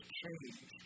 change